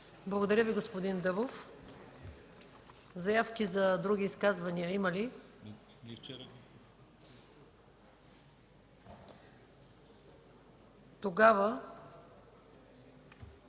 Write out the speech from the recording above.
Благодаря, господин Дъбов. Заявки за други изказвания има ли? Подлагам